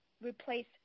replace